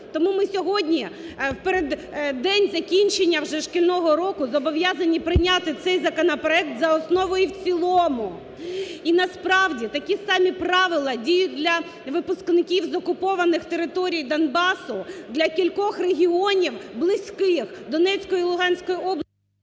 Тому ми сьогодні в переддень закінчення вже шкільного року зобов'язані прийняти цей законопроект за основу і в цілому. І насправді, такі самі правила діють для випускників з окупованих територій Донбасу, для кількох регіонів близьких Донецької і Луганської…